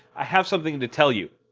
i have something to tell you.